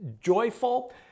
joyful